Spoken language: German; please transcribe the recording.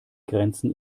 grenzen